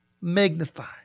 magnify